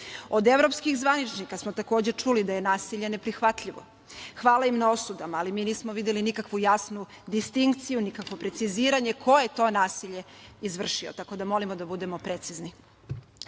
Od evropskih zvaničnika smo takođe čuli da je nasilje neprihvatljivo. Hvala im na osudama, ali mi nismo videli nikakvu jasnu distinkciju, nikakvo preciziranje ko je to nasilje izvršio tako da molimo da budemo precizni. Šta